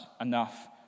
enough